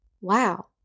wow